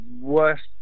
worst